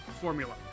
formula